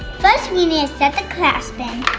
first we need to set the clasp in.